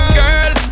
girl